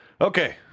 Okay